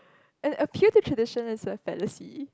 an appeal to tradition is a fantasy